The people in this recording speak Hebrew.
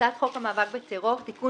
הצעת חוק המאבק בטרור (תיקון,